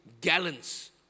gallons